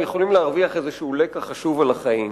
הם יכולים להרוויח לקח חשוב על החיים,